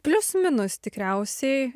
plius minus tikriausiai